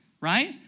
right